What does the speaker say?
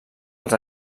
als